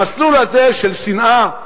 המסלול הזה של שנאה,